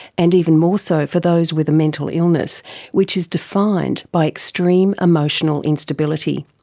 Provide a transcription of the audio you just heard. and even more so for those with a mental illness which is defined by extreme emotional instability.